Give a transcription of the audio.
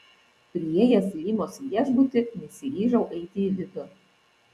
priėjęs limos viešbutį nesiryžau eiti į vidų